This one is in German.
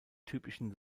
typischen